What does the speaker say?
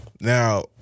Now